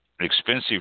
expensive